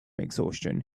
exhaustion